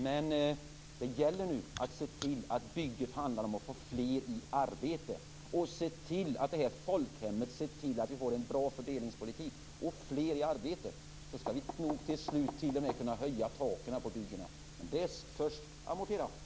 Men bygget handlar nu om att se till att få fler i arbete och att se till att folkhemmet får en bra fördelningspolitik. Till slut skall vi nog t.o.m. kunna höja taken på byggena. Men först skall vi amortera.